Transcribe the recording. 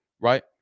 right